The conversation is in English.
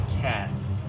cats